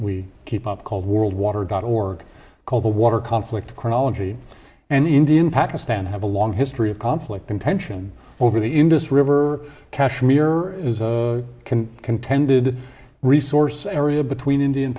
keep up called world water dot org called the water conflict chronology and india and pakistan have a long history of conflict and tension over the indus river kashmir is a contended resource area between india and